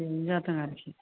बिदिनो जादों आरोखि